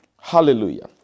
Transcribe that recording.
Hallelujah